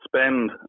spend